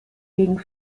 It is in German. gegen